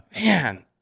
man